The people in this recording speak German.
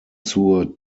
zur